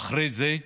יחוקק אחרי זה,